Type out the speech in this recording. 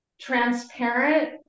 transparent